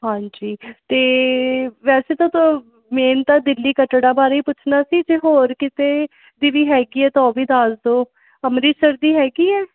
ਹਾਂਜੀ ਅਤੇ ਵੈਸੇ ਤਾਂ ਤਾਂ ਮੇਨ ਤਾਂ ਦਿੱਲੀ ਕੱਟੜਾ ਬਾਰੇ ਹੀ ਪੁੱਛਣਾ ਸੀ ਜੇ ਹੋਰ ਕਿਸੇ ਦੀ ਵੀ ਹੈਗੀ ਹੈ ਤਾਂ ਉਹ ਵੀ ਦੱਸ ਦਿਓ ਅੰਮ੍ਰਿਤਸਰ ਦੀ ਹੈਗੀ ਹੈ